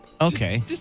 Okay